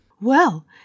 Well